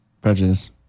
Prejudice